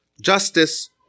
justice